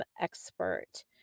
expert